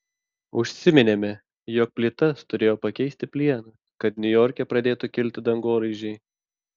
užsiminėme jog plytas turėjo pakeisti plienas kad niujorke pradėtų kilti dangoraižiai